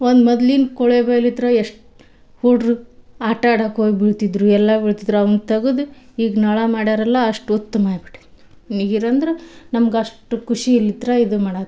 ಒಂದು ಮೊದ್ಲಿನ ಕೊಳವೆ ಬಾವಿಲಿತ್ರ ಎಷ್ ಹುಡ್ರ್ ಆಟ ಆಡಕ್ಕೆ ಹೋಗ್ ಬೀಳ್ತಿದ್ದರು ಎಲ್ಲ ಬೀಳ್ತಿದ್ದರು ಅದನ್ನು ತೆಗ್ದ್ ಈಗ ನಳ ಮಾಡ್ಯರಲ್ಲ ಅಷ್ಟು ನೀರು ಅಂದ್ರೆ ನಮ್ಗೆ ಅಷ್ಟು ಖುಷಿಲಿತ್ರ ಇದು ಮಾಡಹತ್ತಿ